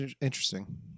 interesting